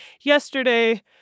yesterday